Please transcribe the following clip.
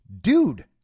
dude